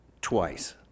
twice